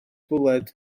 bwled